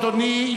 אדוני,